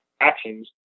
actions